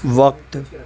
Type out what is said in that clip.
وقت